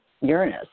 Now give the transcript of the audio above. Uranus